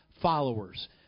followers